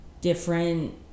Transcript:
different